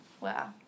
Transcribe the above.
Wow